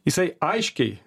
jisai aiškiai